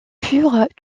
furent